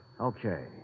Okay